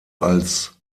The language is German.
als